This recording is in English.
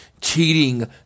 Cheating